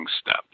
step